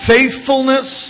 Faithfulness